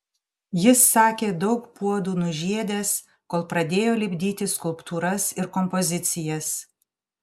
jis sakė daug puodų nužiedęs kol pradėjo lipdyti skulptūras ir kompozicijas